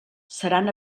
seran